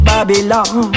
Babylon